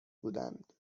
بودند